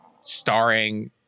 starring